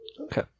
Okay